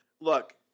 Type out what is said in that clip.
Look